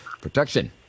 protection